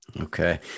Okay